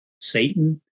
Satan